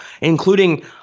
including